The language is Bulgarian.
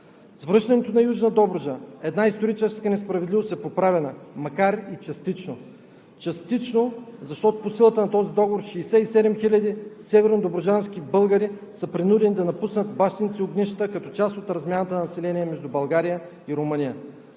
С връщането на Южна Добруджа една историческа несправедливост е поправена, макар и частично. Частично, защото по силата на този договор 67 000 севернодобруджански българи са принудени да напуснат бащините си огнища като част от размяната на население между България и Румъния.